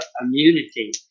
immunity